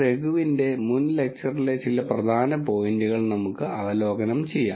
രഘുവിന്റെ മുൻ ലെക്ച്ചറിലെ ചില പ്രധാന പോയിന്റുകൾ നമുക്ക് അവലോകനം ചെയ്യാം